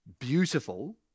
beautiful